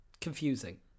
confusing